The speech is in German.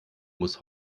muss